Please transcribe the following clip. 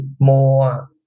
more